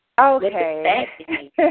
Okay